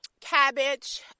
cabbage